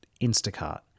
Instacart